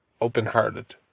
open-hearted